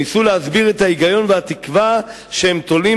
וניסו להסביר את ההיגיון והתקווה שהם תולים